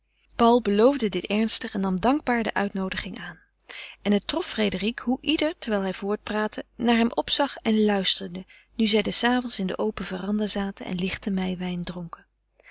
paul beloofde dit ernstig en nam dankbaar de uitnoodiging aan en het trof frédérique hoe ieder terwijl hij voortpraatte naar hem opzag en luisterde nu zij des avonds in de open verandah zaten en lichten meiwijn dronken